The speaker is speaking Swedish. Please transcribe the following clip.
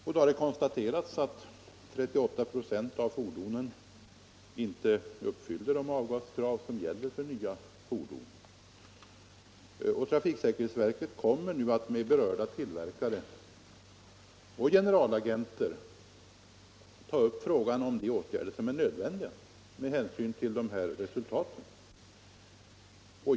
Det har konstaterats att 38 26 av fordonen inte uppfyller de avgaskrav som gäller för nya fordon. Trafiksäkerhetsverket kommer nu att med berörda tillverkare och generalagenter ta upp frågan om de åtgärder som är nödvändiga med hänsyn till undersökningarnas resultat.